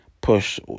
push